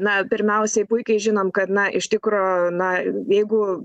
na pirmiausiai puikiai žinom kad na iš tikro na jeigu